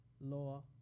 law